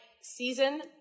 season